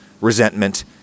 resentment